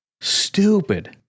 Stupid